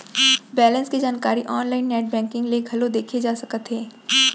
balance के जानकारी online net banking ले घलौ देखे जा सकत हे